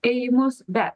ėjimus bet